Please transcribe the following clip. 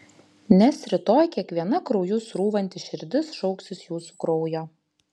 nes rytoj kiekviena krauju srūvanti širdis šauksis jūsų kraujo